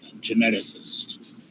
geneticist